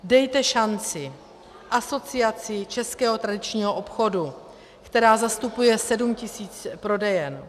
Dejte šanci Asociaci českého tradičního obchodu, která zastupuje 7 000 prodejen.